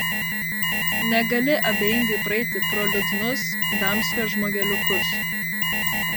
negali abejingai praeiti pro liūdnus damskio žmogeliukus